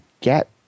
get